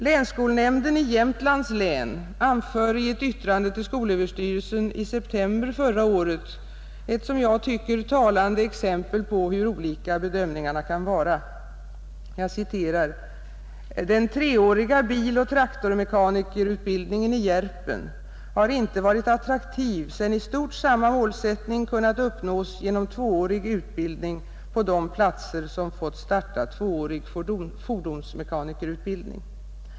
Länsskolnämnden i Jämtlands län anför i ett yttrande till skolöverstyrelsen i september förra året följande, som jag tycker är ett talande exempel på hur olika bedömningarna kan vara: ”Den 3-åriga biloch traktormekanikerutbildningen i Järpen har inte varit attraktiv sedan i stort samma målsättning kunnat uppnås genom 2-årig utbildning på de platser som fått starta 2-årig fordonsmekanikerutbildning.